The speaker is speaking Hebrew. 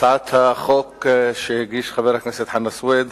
הצעת החוק שהגיש חבר הכנסת חנא סוייד